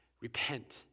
repent